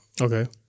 Okay